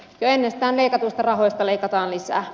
jo ennestään leikatuista rahoista leikataan lisää